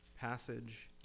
passage